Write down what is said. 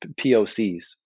POCs